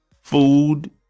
Food